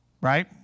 Right